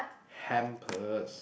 hampers